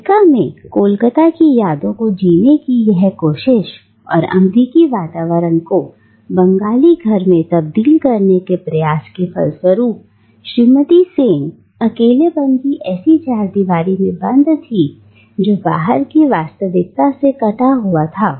America में कोलकाता की यादों को जीने की यह कोशिश और अमेरिकी वातावरण को बंगाली घर में तब्दील करने का प्रयास के फल स्वरुप श्रीमती सेल सेन अकेलेपन की ऐसी चारदीवारी में बंद थी जो बाहर की तात्कालिक वास्तविकता से कटा हुआ था